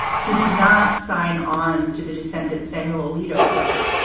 he did not sign on to the dissent that samuel alito wrote.